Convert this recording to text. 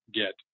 get